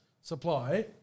supply